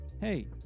hey